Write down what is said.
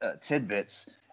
tidbits